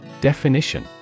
Definition